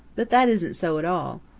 but that isn't so at all.